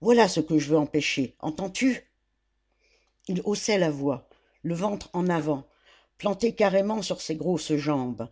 voilà ce que je veux empêcher entends-tu il haussait la voix le ventre en avant planté carrément sur ses grosses jambes